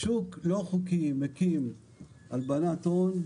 שוק לא חוקי מקים הלבנת הון,